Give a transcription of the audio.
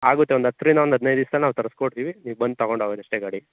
ಆಗುತ್ತೆ ಒಂದು ಹತ್ತರಿಂದ ಒಂದು ಹದಿನೈದು ದಿವ್ಸದಲ್ಲಿ ನಾವು ತರಸಿ ಕೊಡ್ತೀವಿ ನೀವು ಬಂದು ತಗೊಂಡು ಹೋಗ್ರಿ ಅಷ್ಟೇ ಗಾಡಿ